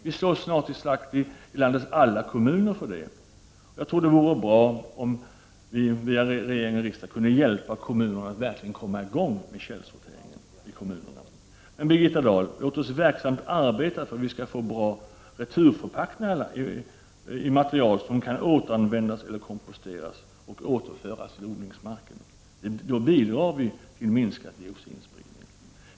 Vi slåss snart sagt i landets alla kommuner för det. Det vore bra om regering och riksdag kunde hjälpa kommunerna att komma i gång med källsorteringen i kommunerna. Men Birgitta Dahl låter oss verksamt arbeta för att vi skall få bra returförpackningar i material som kan återanvändas eller efter kompostering återföras till odlingsmarken. Då bidrar vi till minskad dioxinspridning.